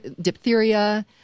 diphtheria